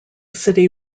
city